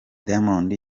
diamond